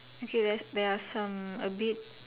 okay let's there are some a bit